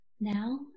Now